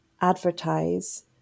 advertise